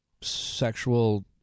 sexual